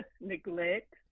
neglect